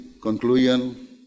conclusion